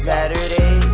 Saturday